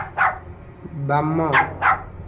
ବାମ